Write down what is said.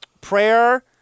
prayer